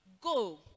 go